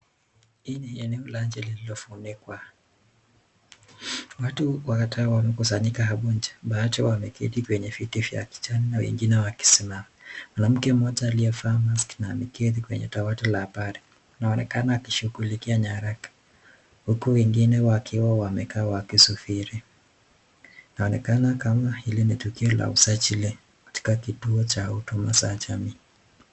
Hii ni eneo la nje lililofunikwa watu kadhaa wamekusanyika hapo nje, baadhi wameketi kwenye viti vya kijani na wengine wakisimama. Mwanamke mmoja aliyevaa mask na ameketi kwenye dawati la habari inaonekana akishughulikia nyaraka huku wengine wakiwa wamekaa wakisubiri inaonekana kama hili ni tukio la usajili katika kituo za huduma za jamii.